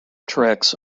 tricks